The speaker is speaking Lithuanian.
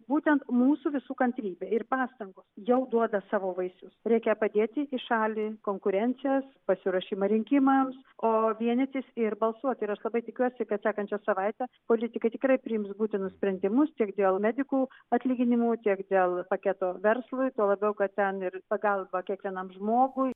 būtent mūsų visų kantrybė ir pastangos jau duoda savo vaisius reikia padėti į šalį konkurencijas pasiruošimą rinkimams o vienytis ir balsuoti ir aš labai tikiuosi kad sekančią savaitę politikai tikrai priims būtinus sprendimus tiek dėl medikų atlyginimų tiek dėl paketo verslui tuo labiau kad ten ir pagalba kiekvienam žmogui